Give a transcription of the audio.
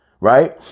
Right